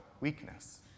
weakness